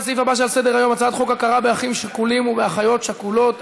לסעיף הבא שעל סדר-היום: הצעת חוק הכרה באחים שכולים ובאחיות שכולות,